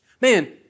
Man